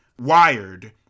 Wired